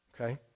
Okay